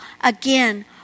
again